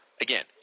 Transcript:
again